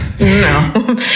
No